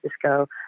Francisco